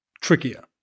trickier